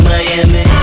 Miami